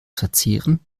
verzehren